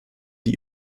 die